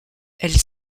elle